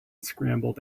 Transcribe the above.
scrambled